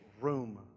room